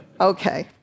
Okay